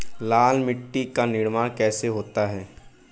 लाल मिट्टी का निर्माण कैसे होता है?